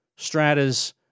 Stratas